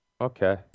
Okay